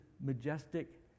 majestic